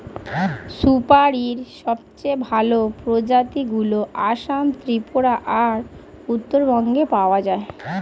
সুপারীর সবচেয়ে ভালো প্রজাতিগুলো আসাম, ত্রিপুরা আর উত্তরবঙ্গে পাওয়া যায়